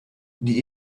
die